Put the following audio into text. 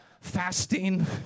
fasting